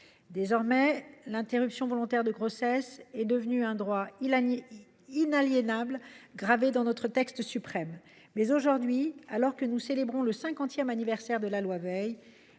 Désormais, l’interruption volontaire de grossesse est devenue un droit inaliénable, gravé dans notre texte suprême. Pourtant, alors que nous célébrons le cinquantième anniversaire de la loi Veil,